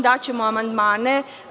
Daćemo amandmane.